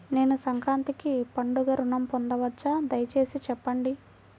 నేను సంక్రాంతికి పండుగ ఋణం పొందవచ్చా? దయచేసి చెప్పండి?